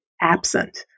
absent